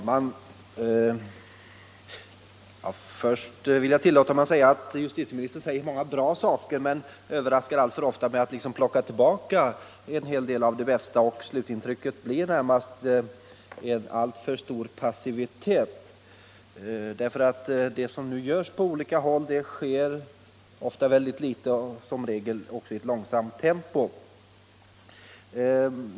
Herr talman! Justitieministern säger många bra saker men alltför ofta överraskar han med att ta tillbaka en hel del av det bästa. Slutintrycket blir en alltför stor passivitet. Det som nu görs på olika håll är ofta otillräckligt och sker i alltför långsamt tempo.